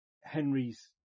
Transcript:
Henry's